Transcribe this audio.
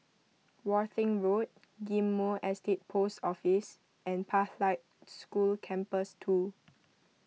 Worthing Road Ghim Moh Estate Post Office and Pathlight School Campus two